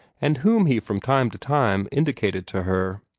and whom he from time to time indicated to her.